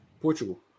Portugal